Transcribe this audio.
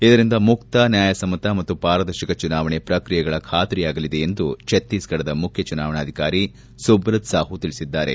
ಇದರಿಂದ ಮುಕ್ತ ನ್ಯಾಯಸಮ್ಮತ ಮತ್ತು ಪಾರದರ್ಶಕ ಚುನಾವಣೆ ಪ್ರಕ್ರಿಯೆಗಳ ಖಾತರಿಯಾಗಲಿದೆ ಎಂದು ಛತ್ತೀಸ್ಫಡದ ಮುಖ್ಯ ಚುನಾವಣಾಧಿಕಾರಿ ಸುಬ್ರತ್ ಸಾಹು ತಿಳಿಸಿದ್ದಾರೆ